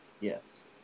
Yes